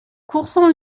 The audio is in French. courson